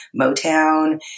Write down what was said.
Motown